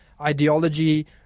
ideology